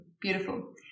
Beautiful